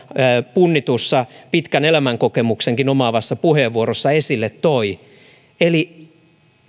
punnitussa pitkän elämänkokemuksenkin omaavassa puheenvuorossaan esille toi eli